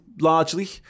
largely